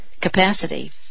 capacity